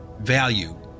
value